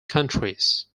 countries